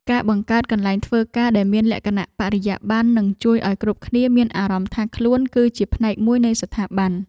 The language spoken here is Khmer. ការបង្កើតកន្លែងធ្វើការដែលមានលក្ខណៈបរិយាបន្ននឹងជួយឱ្យគ្រប់គ្នាមានអារម្មណ៍ថាខ្លួនគឺជាផ្នែកមួយនៃស្ថាប័ន។